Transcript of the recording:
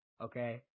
okay